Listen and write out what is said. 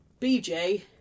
BJ